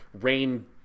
rain